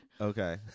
Okay